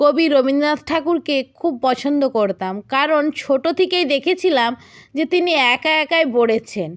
কবি রবীন্দ্রনাথ ঠাকুরকে খুব পছন্দ করতাম কারণ ছোটো থেকেই দেখেছিলাম যে তিনি একা একাই পড়েছেন